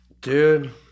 Dude